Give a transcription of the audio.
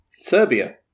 Serbia